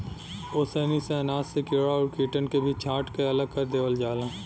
ओसैनी से अनाज से कीड़ा और कीटन के भी छांट के अलग कर देवल जाला